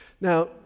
Now